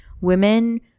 women